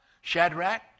Shadrach